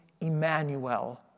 Emmanuel